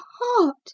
heart